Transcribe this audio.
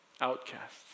outcasts